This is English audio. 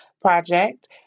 project